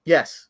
Yes